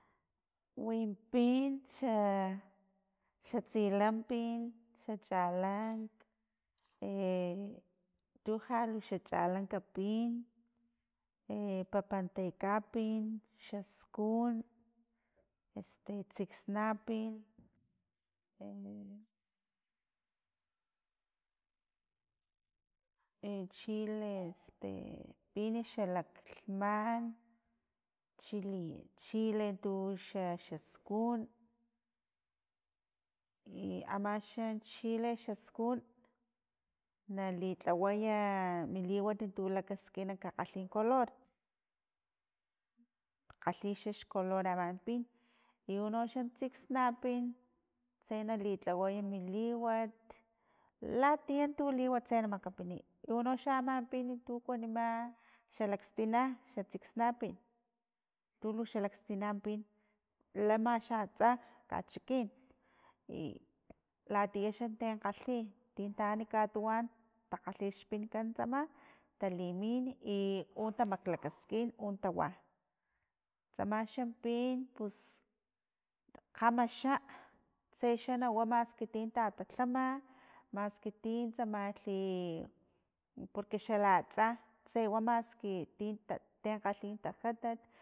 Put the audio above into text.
Win pin xa- xa tsilampin xa chalank tu jalu xa chalanka pin papantakapin xa skun tsiksnapin chile pin xalaklhman chile tuxaskun iamaxan chile xaskun, nali tlawaya mi liway tun lakaskina kakgalhin color kgalhi xax color aman pin i unoxa tsiksnapin, tse nali tlaway mi liwat, latiya tu liwat tse na makapiniy unoxa aman pin pin tuno kuaniman xalakstina xa tsiksnapi. n tuxa lakstina pin lama xa atsa kachikin i latiya xa ten kgalhi tin taan katuwan talhalhi xpinkan nuntsama talimin i un tamaklakaskin untawa tsamaxm pin pus, kgama xa tsexa nawa maski tin tatatlama maski tan tsamalhi porque xalatsa tse wa maski ten tikgalhin tajatat